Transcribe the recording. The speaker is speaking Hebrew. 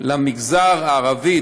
למגזר הערבי,